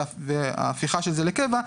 והפיכה של זה לקבע,